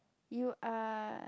you are